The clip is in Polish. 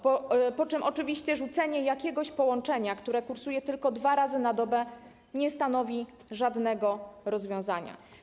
Przy czym oczywiście rzucenie jakiegoś połączenia, które kursuje tylko dwa razy na dobę, nie stanowi żadnego rozwiązania.